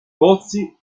pozzi